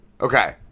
Okay